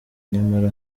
nyamara